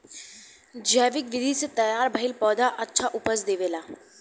जैविक विधि से तैयार भईल पौधा अच्छा उपज देबेला